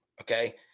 Okay